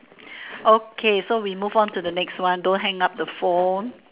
okay so we move on to the next one don't hang up the phone